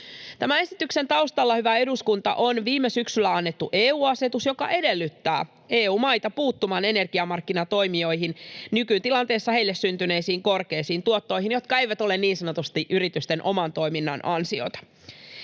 Tämän esityksen taustalla, hyvä eduskunta, on viime syksyllä annettu EU-asetus, joka edellyttää EU-maita puuttumaan energiamarkkinatoimijoille nykytilanteessa syntyneisiin korkeisiin tuottoihin, jotka eivät ole niin sanotusti yritysten oman toiminnan ansiota.